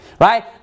right